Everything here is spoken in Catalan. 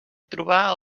trobar